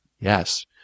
Yes